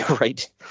Right